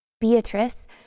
Beatrice